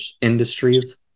Industries